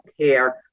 care